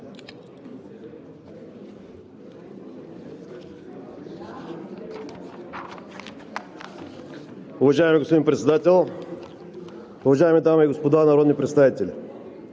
Уважаеми господин Председател, уважаеми госпожи и господа народни представители!